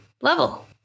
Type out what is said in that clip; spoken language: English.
level